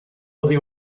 oddi